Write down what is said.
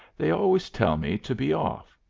they always tell me to be off.